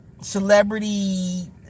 celebrity